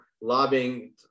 lobbying